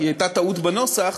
כי הייתה טעות בנוסח,